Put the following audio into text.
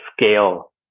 scale